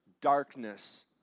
darkness